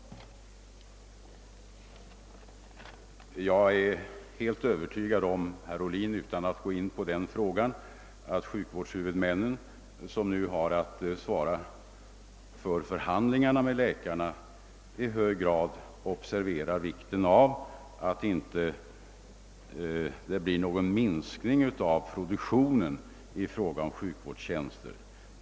Utan att gå närmare in på frågan vill jag säga att jag är helt övertygad om att sjukvårdshuvudmännen, som nu har att svara för förhandlingarna med läkarna, observerar vikten av att inte produktionen av sjukvårdstjänster minskar.